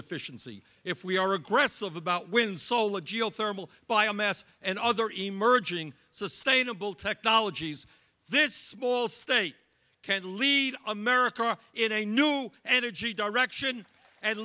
efficiency if we are aggressive about wind solar geothermal biomass and other emerging sustainable technologies this small state can lead america in a new energy direction and